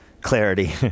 clarity